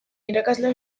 irakasle